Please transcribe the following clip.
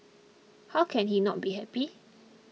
how can he not be happy